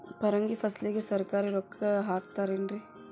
ಪರಂಗಿ ಫಸಲಿಗೆ ಸರಕಾರ ರೊಕ್ಕ ಹಾಕತಾರ ಏನ್ರಿ?